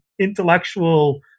intellectual